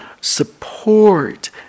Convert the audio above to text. support